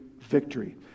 victory